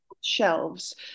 Shelves